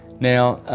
now,